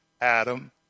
Adam